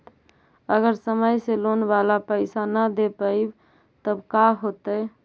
अगर समय से लोन बाला पैसा न दे पईबै तब का होतै?